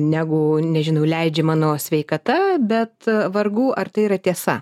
negu nežinau leidžia mano sveikata bet vargų ar tai yra tiesa